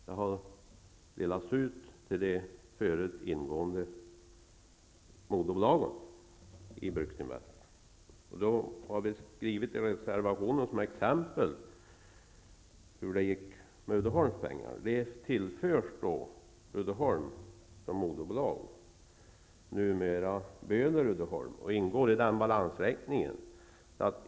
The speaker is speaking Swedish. Det har delats ut till de förut ingående moderbolagen i Bruksinvest. Vi har i reservationen givit exempel på hur det gick med Uddeholms pengar. De tillfördes Uddeholm som moderbolag, numera Böhler-Uddeholm, och ingår i balansräkningen där.